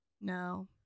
No